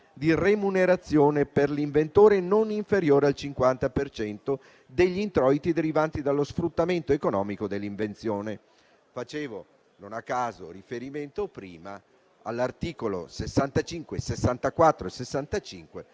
di remunerazione per l'inventore non inferiore al 50 per cento degli introiti derivanti dallo sfruttamento economico dell'invenzione. Facevo non a caso riferimento prima agli articoli 64 e 65